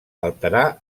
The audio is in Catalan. alterar